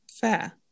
Fair